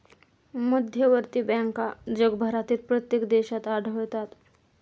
मध्यवर्ती बँका जगभरातील प्रत्येक देशात आढळतात